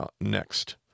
next